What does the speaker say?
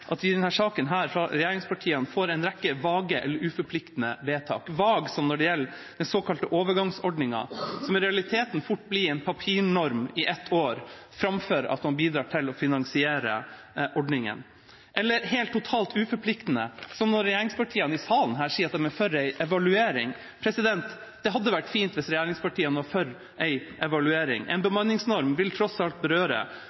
at vi i denne saken fra regjeringspartiene får en rekke vage eller uforpliktende vedtak. Det er vagt når det gjelder den såkalte overgangsordningen, som i realiteten fort blir en papirnorm, i ett år, framfor at man bidrar til å finansiere ordningen, og helt, totalt uforpliktende når regjeringspartiene i salen her sier at de er for en evaluering. Det hadde vært fint hvis regjeringspartiene var for en evaluering. En bemanningsnorm vil tross alt berøre